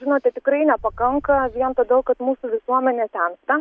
žinote tikrai nepakanka vien todėl kad mūsų visuomenė sensta